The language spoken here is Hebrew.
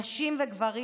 נשים וגברים,